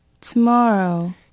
Tomorrow